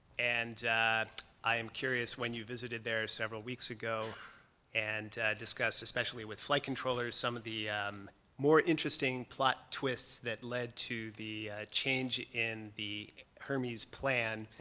and i'm curious, when you visited there several weeks ago and discussed, especially with flight controllers, some of the more interesting plot twists that led to the change in the hermes plan.